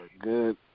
Good